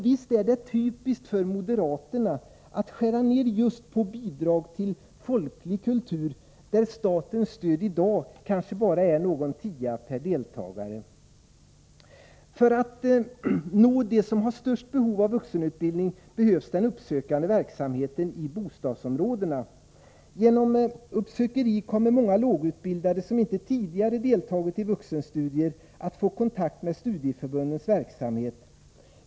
Visst är det typiskt för moderaterna att skära ned just bidragen till folklig kultur, där statens stöd i dag bara är någon tia per deltagare! För att man skall nå dem som har störst behov av vuxenutbildning behövs den uppsökande verksamheten i bostadsområdena. Genom uppsökeri kommer många lågutbildade som inte tidigare deltagit i vuxenstudier att få kontakt med studieförbundens verksamhet.